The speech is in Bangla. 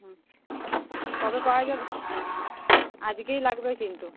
হুম কবে পাওয়া যাবে আজকেই লাগবে কিন্তু